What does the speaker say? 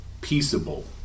peaceable